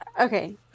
Okay